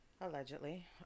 allegedly